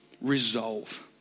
Resolve